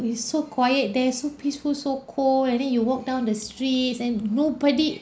it's so quiet there so peaceful so cold and then you walk down the streets and nobody